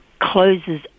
closes